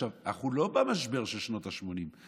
אנחנו לא במשבר של שנות השמונים.